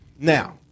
Now